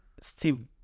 Steve